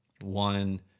one